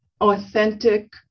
authentic